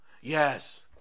Yes